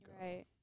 Right